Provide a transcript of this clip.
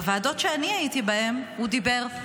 בוועדות שאני הייתי בהן הוא דיבר,